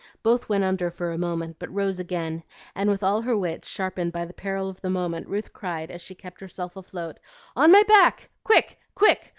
both went under for a moment, but rose again and with all her wits sharpened by the peril of the moment, ruth cried, as she kept herself afloat on my back, quick! quick!